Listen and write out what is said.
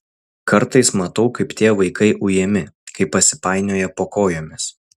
kartais matau kaip tie vaikai ujami kai pasipainioja po kojomis